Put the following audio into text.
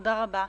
תודה רבה.